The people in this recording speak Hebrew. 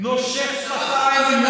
מרכין ראש ונושך שפתיים,